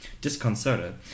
Disconcerted